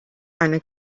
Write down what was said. eine